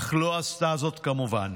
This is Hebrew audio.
אך לא עשתה זאת, כמובן.